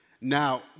Now